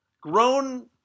grown